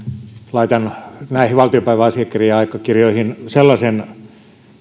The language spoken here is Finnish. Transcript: laitan näihin valtiopäiväasioiden aikakirjoihin sellaisen